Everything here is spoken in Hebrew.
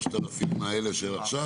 אם נוריד את ה-3,000 שיש עכשיו,